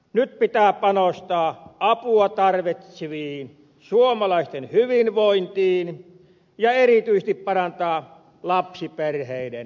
nyt pitää panostaa apua tarvitseviin suomalaisten hyvinvointiin ja erityisesti parantaa lapsiperheiden asemaa